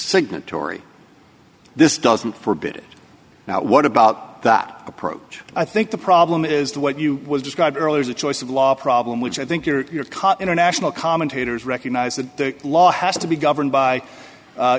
signatory this doesn't forbid it now what about that approach i think the problem is that what you was described earlier is a choice of law problem which i think you're caught international commentators recognize that the law has to be governed by